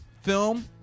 film